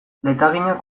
letaginak